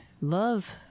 love